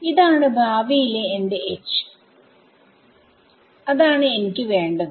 ഇതാണ് ഭാവിയിലെ എന്റെ H അതാണ് എനിക്ക് വേണ്ടത്